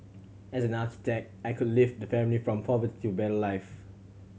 as an architect I could lift the family from poverty to a better life